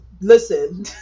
listen